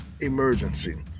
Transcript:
emergency